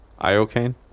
Iocane